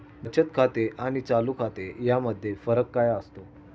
बचत खाते आणि चालू खाते यामध्ये फरक काय असतो?